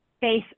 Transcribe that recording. face